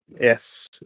Yes